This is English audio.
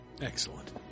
Excellent